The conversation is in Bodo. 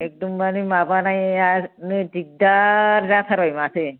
एकदमबारि माबानायानो दिगदार जाथारबाय माथो